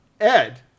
Ed